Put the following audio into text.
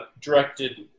directed